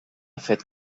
fet